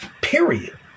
Period